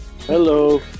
hello